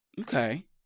okay